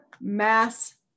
Mass